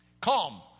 Calm